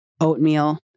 oatmeal